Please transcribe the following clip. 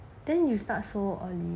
then you start so early